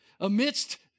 amidst